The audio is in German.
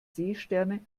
seesterne